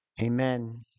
Amen